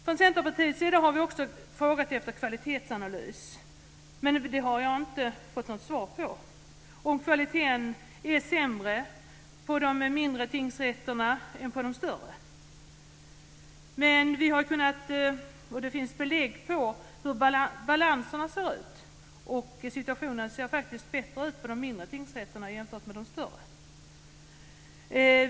Från Centerpartiets sida har vi också frågat efter kvalitetsanalys, men det har jag inte fått något svar på. Är kvaliteten sämre på de mindre tingsrätterna än på de större? Men det finns belägg för hur balanserna ser ut, och situationen ser faktiskt bättre ut på de mindre tingsrätterna än på de större.